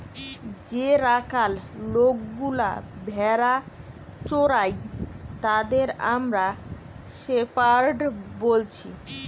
যে রাখাল লোকগুলা ভেড়া চোরাই তাদের আমরা শেপার্ড বলছি